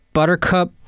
Buttercup